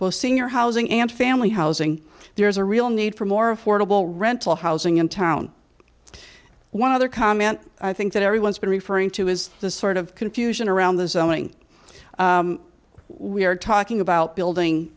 housing and family housing there is a real need for more affordable rental housing in town one other comment i think that everyone's been referring to is the sort of confusion around the zoning we are talking about building